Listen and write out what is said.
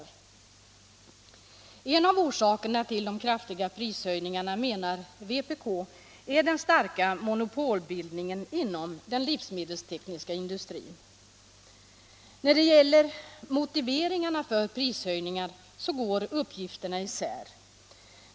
Och en av orsakerna till de kraftiga prishöjningarna menar vpk är den starka monopolbildningen inom den livsmedelstekniska industrin. När det gäller motiveringarna för prishöjningar går uppgifterna isär.